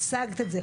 הצגת את זה.